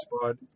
spot